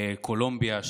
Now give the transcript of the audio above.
בקולומביה,